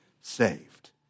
saved